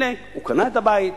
הנה, הוא קנה את הבית,